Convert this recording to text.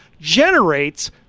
generates